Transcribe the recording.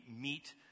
meet